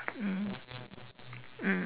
mm mm